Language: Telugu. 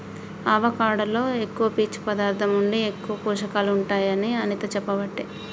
అవకాడో లో ఎక్కువ పీచు పదార్ధం ఉండి ఎక్కువ పోషకాలు ఉంటాయి అని అనిత చెప్పబట్టే